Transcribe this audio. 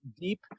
deep